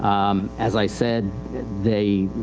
um, as i said they,